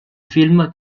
film